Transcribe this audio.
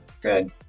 good